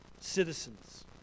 citizens